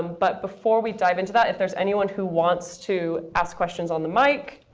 but before we dive into that, if there is anyone who wants to ask questions on the mic,